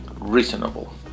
reasonable